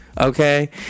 Okay